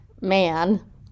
man